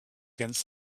against